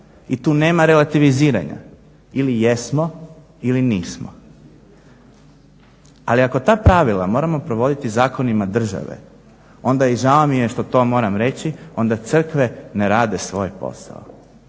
i tu nema relativiziranja. Ili jesmo ili nismo. Ali ako ta pravila moramo provoditi zakonima države onda i žao mi je što to moram reći onda crkve ne rade svoj posao,